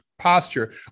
posture